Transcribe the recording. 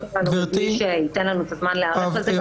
האלו בלי שיינתן לנו הזמן להיערך לזה,